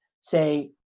say